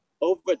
over